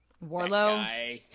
Warlow